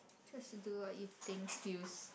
just do what you think feels